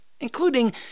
including